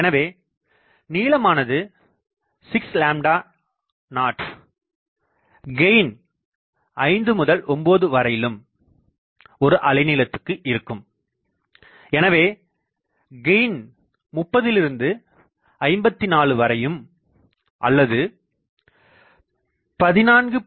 எனவே நீளமானது 6 0 கெயின் 5 முதல் 9 வரையிலும் ஒரு அலை நீளத்துக்கு இருக்கும் எனவே கெயின் 30 இருந்து 54 வரையும் அல்லது 14